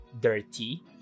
dirty